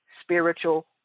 spiritual